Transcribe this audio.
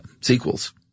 sequels